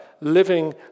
living